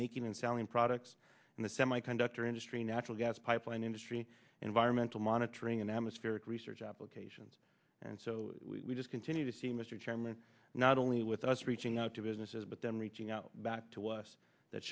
making and selling products in the semiconductor industry natural gas pipeline industry environmental monitoring and atmospheric research applications and so we just continue to see mr chairman not only with us reaching out to businesses but them reaching out back to us that